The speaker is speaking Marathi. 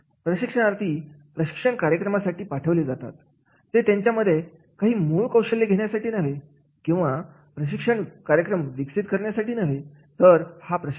प्रशिक्षणार्थी प्रशिक्षण कार्यक्रमासाठी पाठवले जातात ते त्यांच्या मध्ये काही मूळ कौशल्य घेण्यासाठी नव्हे किंवा प्रशिक्षण कार्यक्रम विकसित करण्यासाठी नव्हे तर हा एक प्रशिक्षण कार्यक्रम आहे